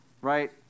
right